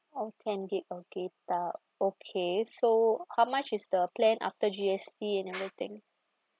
oh ten gig of data okay so how much is the plan after G_S_T and everything